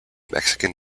mexican